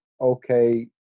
okay